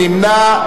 מי נמנע?